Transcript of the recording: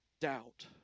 Doubt